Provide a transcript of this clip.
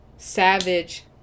Savage